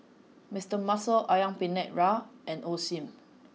Mister Muscle Ayam penyet Ria and Osim